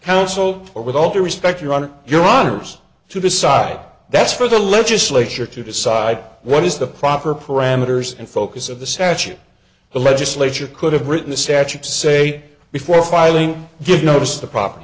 household or with all due respect your honor your honour's to decide that's for the legislature to decide what is the proper parameters and focus of the statute the legislature could have written the statute to say before filing this notice the property